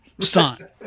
Son